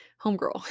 homegirl